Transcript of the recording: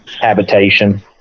habitation